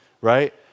right